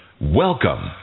Welcome